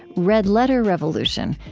red letter revolution,